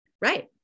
Right